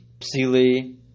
Psili